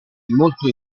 molto